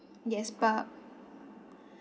yes but